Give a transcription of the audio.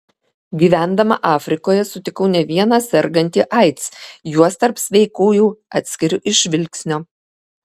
gyvendama afrikoje sutikau ne vieną sergantį aids juos tarp sveikųjų atskiriu iš žvilgsnio